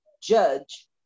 judge